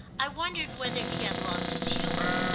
i wondered whether he had lost his humour,